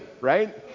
right